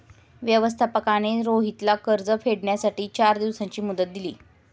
व्यवस्थापकाने रोहितला कर्ज फेडण्यासाठी चार दिवसांची मुदत दिली